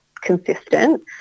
consistent